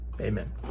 Amen